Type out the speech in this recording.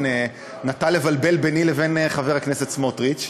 נטה לבלבל ביני לבין חבר הכנסת סמוטריץ.